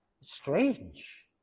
strange